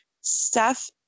Steph